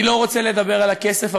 אני לא רוצה לדבר על הכסף,